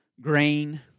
grain